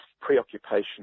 preoccupation